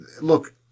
look